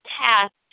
task